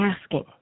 asking